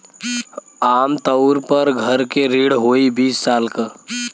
आम तउर पर घर के ऋण होइ बीस साल क